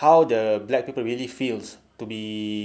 how the black people really feels to be